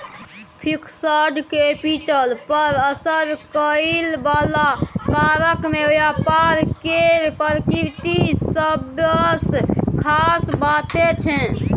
fixed capital पर असर करइ बला कारक मे व्यापार केर प्रकृति सबसँ खास बात छै